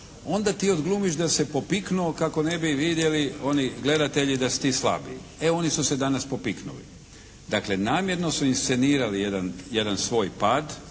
onda ti odglumiš da se popiknuo kako ne bi vidjeli oni gledatelji da si ti slabiji. E oni su se danas popiknuli! Dakle, namjerno su iscenirali jedan svoj pad,